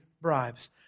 bribes